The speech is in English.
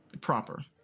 Proper